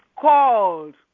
called